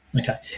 Okay